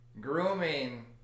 grooming